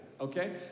Okay